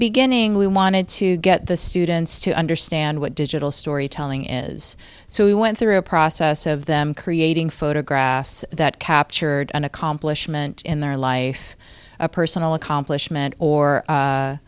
beginning we wanted to get the students to understand what digital storytelling is so we went through a process of them creating photographs that captured an accomplishment in their life a personal accomplishment or